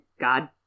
God